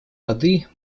воды